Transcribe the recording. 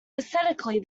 aesthetically